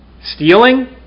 stealing